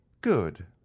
good